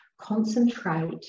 Concentrate